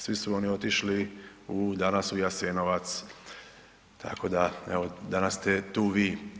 Svi su oni otišli danas u Jasenovac, tako da evo danas ste tu vi.